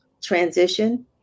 transition